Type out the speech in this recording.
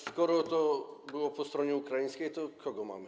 Skoro to było po stronie ukraińskiej, to kogo tam mamy?